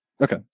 Okay